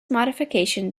modification